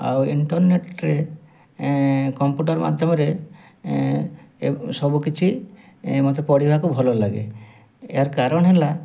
ଆଉ ଇଣ୍ଟରନେଟ୍ରେ କମ୍ପ୍ୟୁଟର୍ ମାଧ୍ୟମରେ ସବୁକିଛି ମୋତେ ପଢ଼ିବାକୁ ଭଲ ଲାଗେ ଏହାର କାରଣ ହେଲା